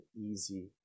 easy